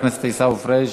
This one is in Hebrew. חבר הכנסת עיסאווי פריג'